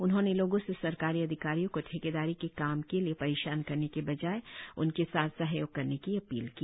उन्होंने लोगों से सरकारी अधिकारियों को ठेकेदारी के काम के लिए परेशान करने के बजाय उनके साथ सहयोग करने की अपील की